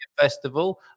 Festival